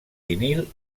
vinil